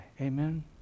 Amen